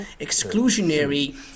exclusionary